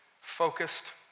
Focused